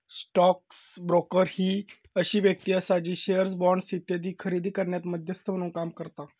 stock broker ही अशी व्यक्ती आसा जी शेअर्स, बॉण्ड्स इत्यादी खरेदी करण्यात मध्यस्थ म्हणून काम करता